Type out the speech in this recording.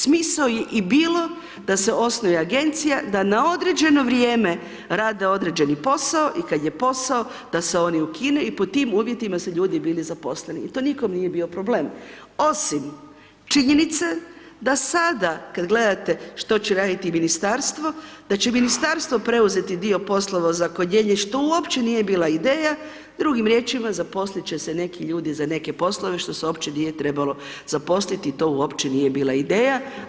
Smisao je i bilo da se osnuje agencija, da na određeno vrijeme rade određeni posao i kada je posao da se oni ukinu i po tim uvjetima su ljudi bili zaposleni i to nikom nije bio problem osim činjenice da sada kada gledate što će raditi Ministarstvo da će Ministarstvo preuzeti dio poslova za ozakonjenje što uopće nije bila ideja, drugim riječima zaposliti će se neki ljudi za neke poslove što se uopće nije trebalo zaposliti i to uopće nije bila ideja.